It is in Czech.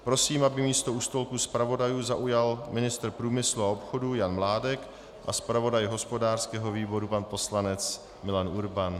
Prosím, aby místo u stolku zpravodajů zaujal ministr průmyslu a obchodu Jan Mládek a zpravodaj hospodářského výboru pan poslanec Milan Urban.